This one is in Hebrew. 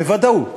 בוודאות.